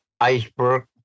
iceberg